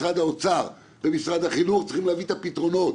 משרד האוצר ומשרד החינוך צריכים להביא את הפתרונות.